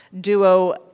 duo